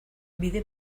bide